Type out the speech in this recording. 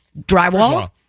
drywall